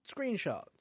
screenshots